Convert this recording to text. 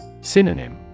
Synonym